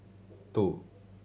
two